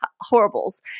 horribles